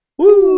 woo